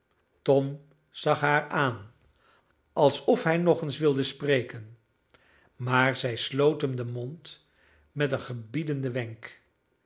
tom zag haar aan alsof hij nog eens wilde spreken maar zij sloot hem den mond met een gebiedenden wenk